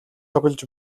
тоглож